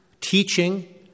teaching